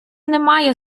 немає